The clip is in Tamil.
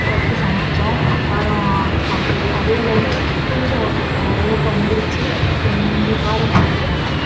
ஃபர்ஸ்டு சமைத்தோம் காரம் அதே அள அதே அளவில் கொஞ்சம் ஓகே ஓரளவுக்கு வந்துடுச்சி கொஞ்சம் காரம் போட்டுவிட்டேன் ஆனால்